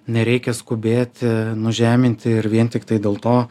nereikia skubėti nužeminti ir vien tiktai dėl to